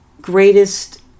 greatest